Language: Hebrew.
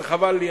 אבל חבל לי,